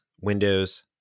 Windows